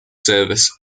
service